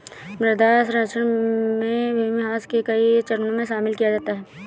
मृदा क्षरण में भूमिह्रास के कई चरणों को शामिल किया जाता है